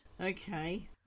Okay